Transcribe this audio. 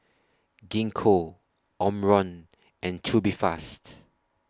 Gingko Omron and Tubifast